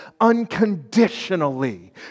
unconditionally